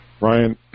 Ryan